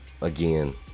again